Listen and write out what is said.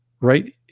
right